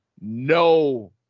no